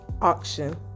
auction